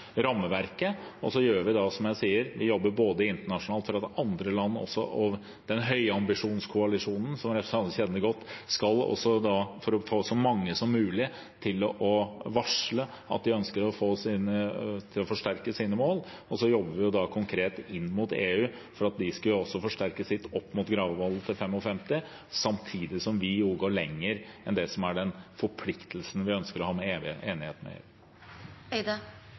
Vi jobber, som jeg sa, internasjonalt, gjennom høyambisjonskoalisjonen, som representanten Barth Eide kjenner godt, for å få så mange som mulig til å varsle at de ønsker å forsterke sine mål. Vi jobber også konkret inn mot EU for at de skal forsterke sitt mål – opp mot målet i Granavolden-plattformen – til 55 pst., samtidig som vi går lenger enn det som er forpliktelsen vi ønsker å ha i enigheten med